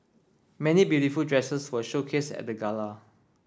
many beautiful dresses were showcased at the gala